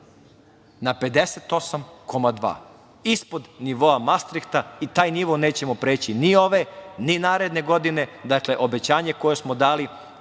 na 58,2% ispod nivoa Mastrihta i taj nivo nećemo preći ni ove, ni naredne godine. Dakle, obećanje koje smo dali,